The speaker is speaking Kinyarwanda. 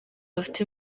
bafite